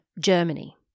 Germany